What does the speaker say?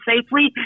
safely